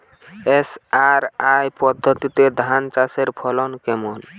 SRI পদ্ধতিতে ধান চাষের ফলন কেমন?